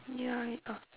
ya I oh